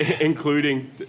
including